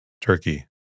Turkey